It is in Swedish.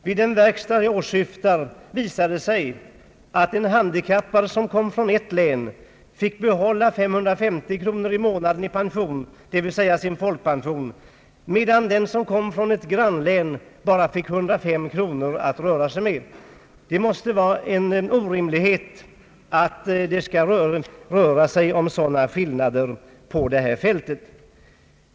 Vid den verkstad jag åsyftar visade det sig att en handikappad som kom från ett län fick behålla 550 kronor i månaden av sin pension, dvs. hela folkpensionen, medan den som kom från ett grannlän bara fick 105 kronor att röra sig med. Det måste vara orimligt med sådana skillnader inom det här fältet.